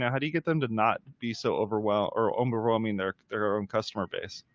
yeah how do you get them to not be so overwhelmed or overwhelming? they're their own customer base.